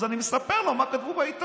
אז אני מספר לו מה כתוב בעיתון.